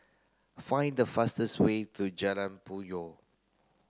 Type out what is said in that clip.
find the fastest way to Jalan Puyoh